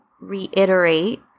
reiterate